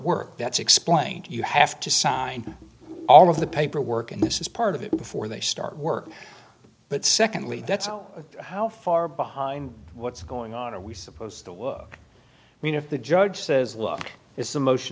work that's explained you have to sign all of the paperwork and this is part of it before they start work but secondly that's how far behind what's going on are we supposed to work i mean if the judge says look it's a motion